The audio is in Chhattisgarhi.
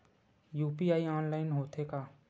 यू.पी.आई ऑनलाइन होथे का?